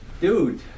Dude